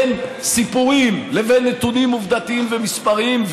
בין סיפורים לבין נתונים עובדתיים ומספרים.